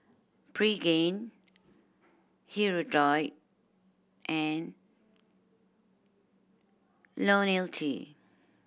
Pregain Hirudoid and Ionil T